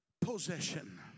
possession